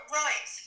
right